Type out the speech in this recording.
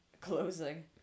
closing